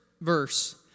verse